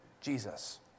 Jesus